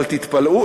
אבל תתפלאו,